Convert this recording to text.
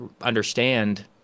understand